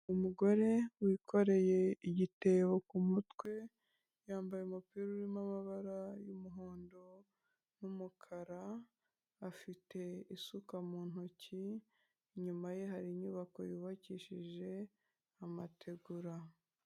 Umugore wikoreye igitebo ku mutwe yambaye umupira urimo amabara y'umuhondo n'umukara, afite isuka mu ntoki inyuma ye hari inyubako yubakishije amategura.